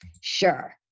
Sure